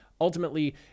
ultimately